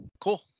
cool